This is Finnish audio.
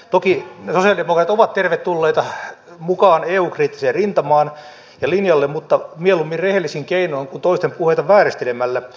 toki sosialidemokraatit ovat tervetulleita mukaan eu kriittiseen rintamaan ja sille linjalle mutta mieluummin rehellisin keinoin kuin toisten puheita vääristelemällä